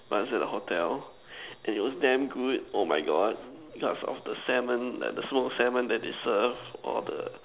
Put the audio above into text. but is at the hotel then it was damn good oh my God because of the seven that that the small seven that they serve or the